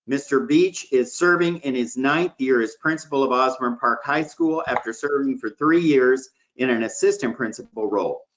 mr. beech is serving in his ninth year as principal of osborn park high school after serving for three years in an assistant principal role.